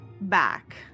back